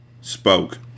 Spoke